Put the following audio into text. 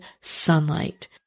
sunlight